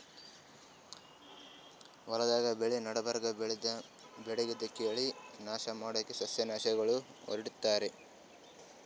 ಹೊಲ್ದಾಗ್ ಬೆಳಿ ನಡಬರ್ಕ್ ಬೆಳ್ದಿದ್ದ್ ಬ್ಯಾಡಗಿದ್ದ್ ಕಳಿ ನಾಶ್ ಮಾಡಕ್ಕ್ ಸಸ್ಯನಾಶಕ್ ಹೊಡಿತಾರ್